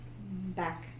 back